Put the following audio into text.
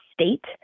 state